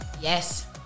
Yes